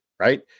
Right